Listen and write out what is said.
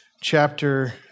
chapter